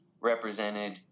represented